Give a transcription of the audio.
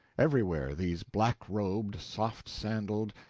everywhere, these black-robed, soft-sandaled,